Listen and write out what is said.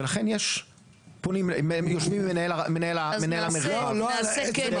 ולכן יושבים עם מנהל המרחב.